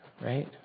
right